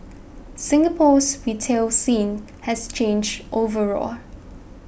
Singapore's retail scene has changed overall